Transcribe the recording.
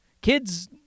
Kids